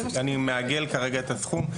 אני מעגל כרגע את הסכום,